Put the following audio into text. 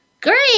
Great